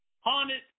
Haunted